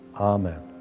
Amen